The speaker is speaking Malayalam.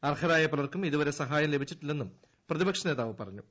അർഹരായ പലർക്കും ഇതുവരെ സഹായം ലഭിച്ചിട്ടില്ലെന്നും പ്രതിപക്ഷ നേതാവ് പറഞ്ഞു